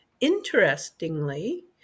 Interestingly